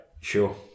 sure